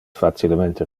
facilemente